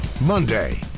Monday